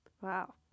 wow